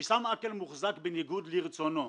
עיסאם עקל מוחזק בניגוד לרצונו.